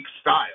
style